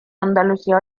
andalucía